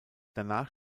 danach